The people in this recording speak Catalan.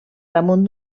damunt